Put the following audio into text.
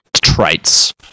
Traits